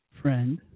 friend